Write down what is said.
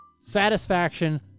satisfaction